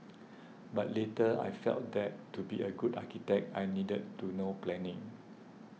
but later I felt that to be a good architect I needed to know planning